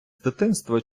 дитинства